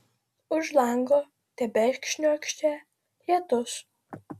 už lango tebešniokštė lietus